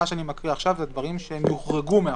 מה שאני קורא עכשיו זה דברים שיוחרגו מהחוק,